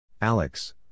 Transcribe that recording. Alex